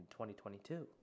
2022